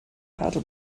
paddle